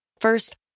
First